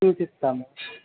చూసిస్తాము